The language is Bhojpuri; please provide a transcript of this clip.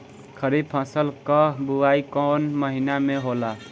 खरीफ फसल क बुवाई कौन महीना में होला?